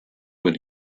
when